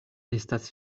estis